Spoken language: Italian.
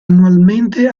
annualmente